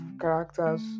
characters